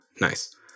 Nice